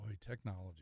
technology